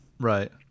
Right